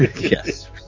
Yes